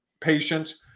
patients